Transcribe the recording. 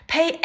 Pay